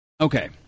Okay